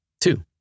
Two